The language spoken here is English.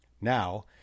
Now